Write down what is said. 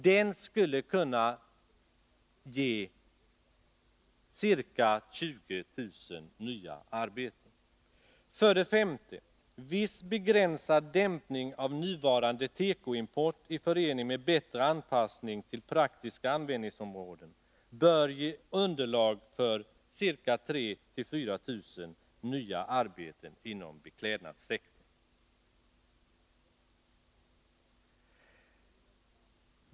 Det skulle kunna ge ca 20000 nya arbeten. 5. Viss, begränsad dämpning av nuvarande tekoimport i förening med bättre anpassning till praktiska användningsområden bör ge underlag för ca 3 0004 000 nya arbeten inom beklädnadssektorn.